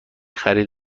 خرید